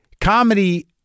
comedy